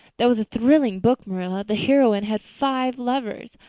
that was a thrilling book, marilla. the heroine had five lovers.